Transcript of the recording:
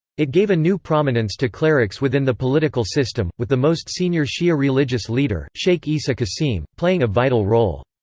it gave a new prominence to clerics within the political system, with the most senior shia religious leader, sheikh isa qassim, playing a vital role.